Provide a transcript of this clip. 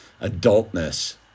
adultness